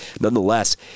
nonetheless